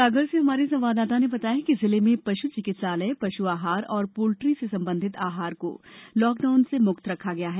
सागर से हमारे संवाददाता ने बताया है कि जिले में पशु चिकित्सालय पशु आहार और पोल्ट्री से संबंधित आहार को लॉकडाउन से मुक्त रखा गया है